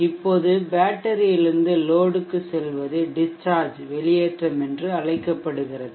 இப்போது பேட்டரியிலிருந்து லோடுக்கு செல்வது டிஷ்சார்ஜ் வெளியேற்றம் என்று அழைக்கப்படுகிறது